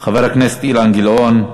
חבר הכנסת אילן גילאון,